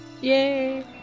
yay